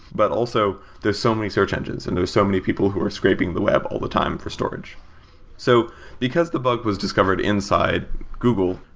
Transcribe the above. but also, there's so many search engines and there are so many people who are scraping the web all the time for storage so because the bug was discovered inside google,